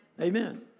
Amen